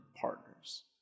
partners